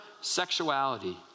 sexuality